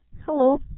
Hello